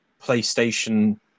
playstation